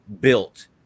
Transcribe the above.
built